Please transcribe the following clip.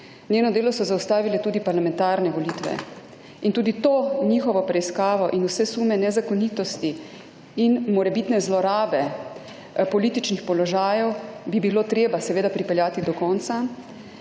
Njeno delo so zaustavile tudi parlamentarne volitve in tudi to njihovo preiskavo in vse sume nezakonitosti in morebitne zlorabe političnih položajev bi bilo treba seveda pripeljati do konca,